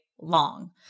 long